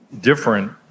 different